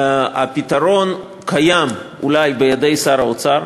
הפתרון קיים אולי בידי שר האוצר.